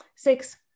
Six